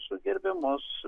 su gerbiamos